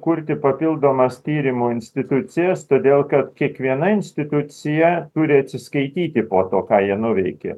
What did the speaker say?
kurti papildomas tyrimų institucijas todėl kad kiekviena institucija turi atsiskaityti po to ką jie nuveikė